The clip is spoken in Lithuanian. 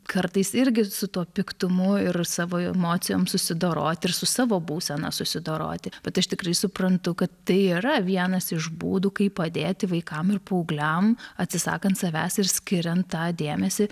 kartais irgi su tuo piktumu ir savo emocijom susidoroti ir su savo būsena susidoroti bet aš tikrai suprantu kad tai yra vienas iš būdų kaip padėti vaikam ir paaugliam atsisakant savęs ir skiriant tą dėmesį